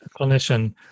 clinician